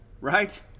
right